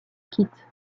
quitte